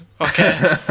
Okay